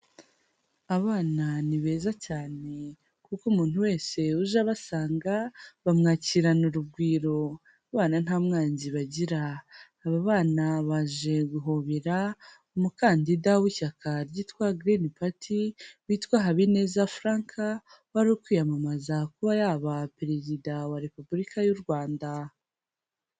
Abana ni beza cyane kuko umuntu wese uje abasanga bamwakirana urugwiro, abana nta mwanzi bagira, aba bana baje guhobera umukandida w'ishyaka ryitwa Girini pati witwa Habineza Frank wari uri kwiyamamaza kuba yaba perezida wa Repubulika y'u Rwanda.